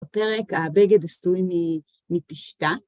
בפרק הבגד עשוי מפשטה.